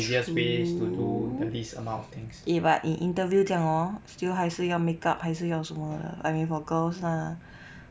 true eh but in interview 这样 hor still 还是要 makeup 还是要什么得 I mean for girls lah